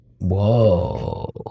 whoa